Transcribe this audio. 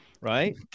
right